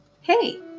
hey